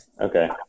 okay